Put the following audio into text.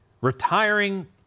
retiring